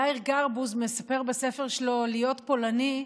יאיר גרבוז מספר בספר שלו "תמיד פולני"